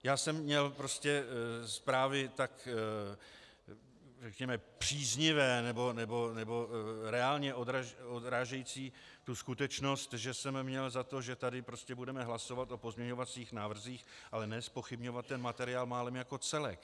Já jsem měl zprávy tak, řekněme, příznivé nebo reálně odrážející tu skutečnost, že jsem měl za to, že tady prostě budeme hlasovat o pozměňovacích návrzích, ale ne zpochybňovat ten materiál málem jako celek.